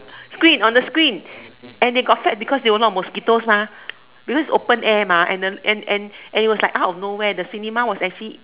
screen on the screen and they got fat because there was a lot of mosquitoes mah because it's open air mah and the and and it was like out of nowhere the cinema was actually